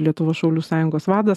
lietuvos šaulių sąjungos vadas